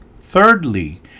Thirdly